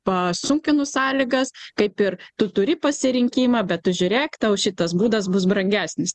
pasunkinu sąlygas kaip ir tu turi pasirinkimą bet tu žiūrėk tau šitas būdas bus brangesnis